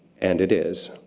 and it is.